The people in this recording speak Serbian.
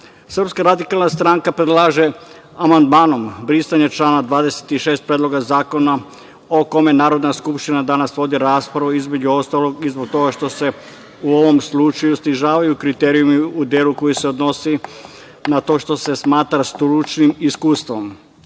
uslove. Srpska radikalna stranka predlaže amandmanom brisanje člana 26. Predloga zakona, o kome Narodna skupština danas vodi raspravu, između ostalog i zbog toga što se u ovom slučaju snižavaju kriterijumi u delu koji se odnosi na to što se smatra stručnim iskustvom. Predloženo